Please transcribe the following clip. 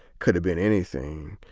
could have been anything.